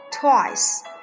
twice